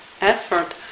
effort